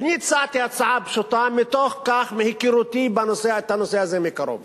אני הצעתי הצעה פשוטה מתוך היכרותי את הנושא הזה מקרוב.